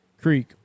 creek